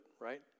right